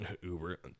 Uber